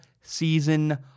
season